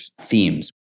themes